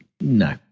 no